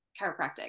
chiropractic